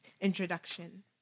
introduction